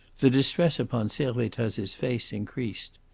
the distress upon servettaz's face increased.